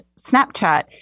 Snapchat